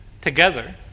together